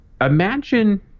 imagine